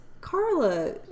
carla